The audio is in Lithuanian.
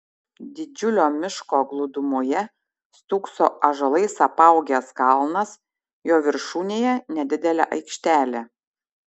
didžiulio miško glūdumoje stūkso ąžuolais apaugęs kalnas jo viršūnėje nedidelė aikštelė